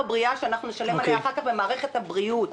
בריאה שאנחנו נשלם עליה אחר כך במערכת הבריאות,